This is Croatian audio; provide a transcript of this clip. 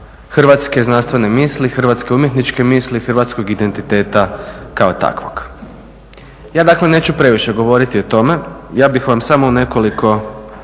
hrvatske znanstvene misli, hrvatske umjetničke misli, hrvatskog identiteta kao takvog. Ja dakle neću previše govoriti o tome, ja bih vam samo u nekoliko